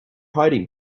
hiding